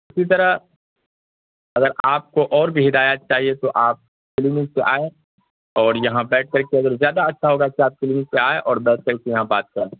اسی طرح اگر آپ کو اور بھی ہدایات چاہیے تو آپ کلینک پہ آئیں اور یہاں بیٹھ کر کے اگر زیادہ اچھا ہوگا کہ آپ کلینک پہ آئیں اور بیٹھ کر کے یہاں بات کریں